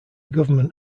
government